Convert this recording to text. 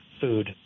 food